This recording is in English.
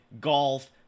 golf